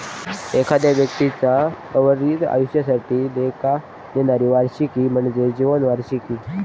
एखाद्यो व्यक्तीचा उर्वरित आयुष्यासाठी देयका देणारी वार्षिकी म्हणजे जीवन वार्षिकी